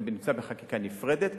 זה בחקיקה נפרדת.